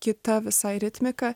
kita visai ritmika